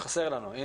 אתה חסר לנו.